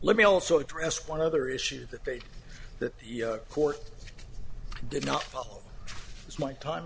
let me also address one other issue that they that the court did not follow is my time